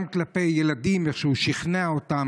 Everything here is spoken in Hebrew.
וגם כלפי ילדים, איך הוא שכנע אותם.